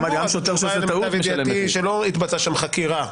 גם שוטר שעושה טעות משלם מחיר.